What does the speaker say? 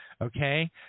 Okay